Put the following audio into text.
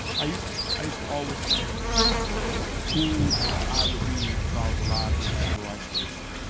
i used i used to always wonder who i would be if i was alive during the civil rights movement.